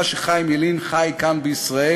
חיים ילין מגלם בגופו ובנפשו: